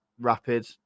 Rapid